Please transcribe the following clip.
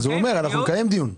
ואני מקיים דיון.